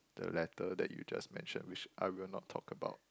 the letter that you just mentioned which I will not talk about